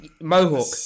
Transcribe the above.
Mohawk